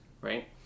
right